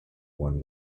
won